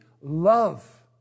love